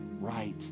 right